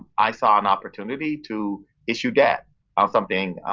i saw an opportunity to issue debt of something,